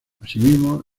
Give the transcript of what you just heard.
asimismo